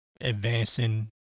advancing